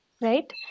right